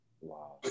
Wow